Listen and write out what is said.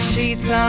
Sheets